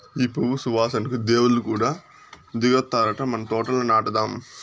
ఈ పువ్వు సువాసనకు దేవుళ్ళు కూడా దిగొత్తారట మన తోటల నాటుదాం